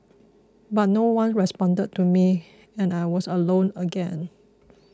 but no one responded to me and I was alone again